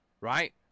right